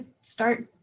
start